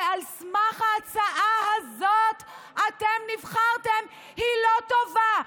שעל סמך ההצעה הזאת אתם נבחרתם, היא לא טובה.